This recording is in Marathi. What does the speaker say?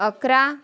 अकरा